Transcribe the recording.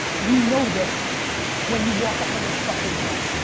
you know this when you walk out of this fucking hall.